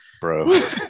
bro